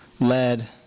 lead